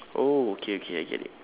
oh okay okay I get it